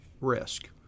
risk